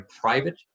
private